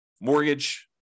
mortgage